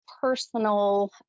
personal